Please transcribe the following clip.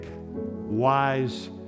wise